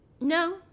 No